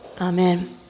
Amen